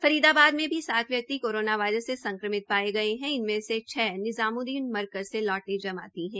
फरीदाबाद में भी सात व्यक्ति कोरोना वायरस से संक्रमित पाये गये है इन में से छ निजामुद्दीन मकरज से लौटे जमाती है